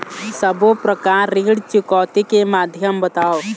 सब्बो प्रकार ऋण चुकौती के माध्यम बताव?